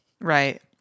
right